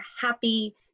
happy